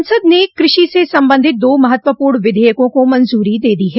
संसद ने कृषि से संबंधित दो महत्वपूर्ण विधेयकों को मंजूरी दे दी है